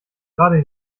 gerade